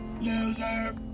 loser